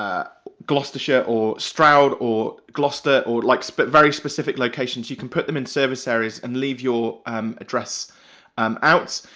gloucestershire, or stroud, or gloster, or like but very specific locations, you can put them in service areas and leave your address um out.